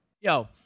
yo